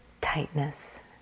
tightness